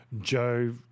Joe